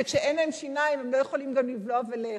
שכשאין להם שיניים הם לא יכולים גם לבלוע ולאכול.